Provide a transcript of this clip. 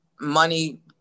money